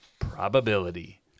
probability